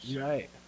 Right